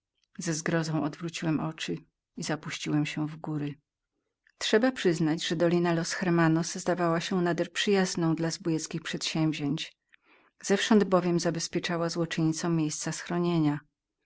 ze zgrozą odwróciłem oczy i zapuściłem się w góry trzeba przyznać że dolina los hermanos zdawała się nader przyjazną dla zbójeckich przedsięwzięć zewsząd bowiem zabezpieczała złoczyńcom miejsca schronienia